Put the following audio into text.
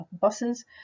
buses